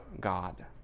God